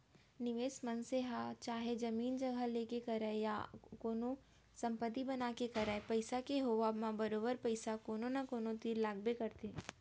निवेस मनसे ह चाहे जमीन जघा लेके करय या अउ कोनो संपत्ति बना के करय पइसा के होवब म बरोबर पइसा कोनो न कोनो तीर लगाबे करथे